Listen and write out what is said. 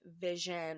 vision